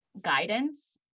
guidance